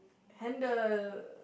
handle